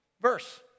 verse